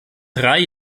drei